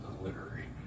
literary